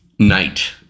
night